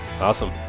Awesome